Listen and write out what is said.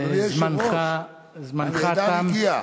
זמנך תם.